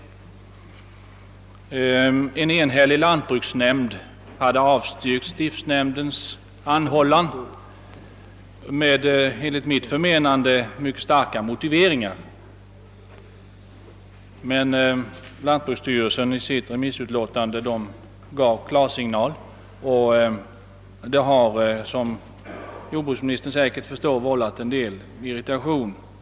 En enhällig lantbruksnämnd hade avstyrkt stiftsnämndens anhållan med enligt mitt förmenande mycket starka motiveringar, men lantbruksstyrelsen gav i sitt yttrande klarsignal. Det inträffade har, som jordbruksministern säkerligen förstår, vållat en del irritation.